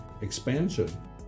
expansion